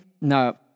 no